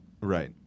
Right